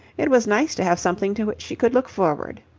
it was nice to have something to which she could look forward.